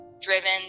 driven